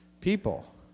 people